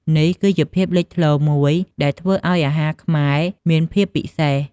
នេះគឺជាភាពលេចធ្លោមួយដែលធ្វើឲ្យអាហារខ្មែរមានភាពពិសេស។